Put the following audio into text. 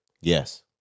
yes